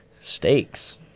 Steaks